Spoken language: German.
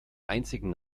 einzigen